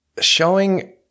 showing